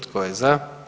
Tko je za?